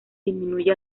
disminuye